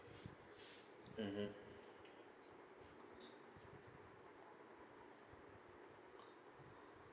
mmhmm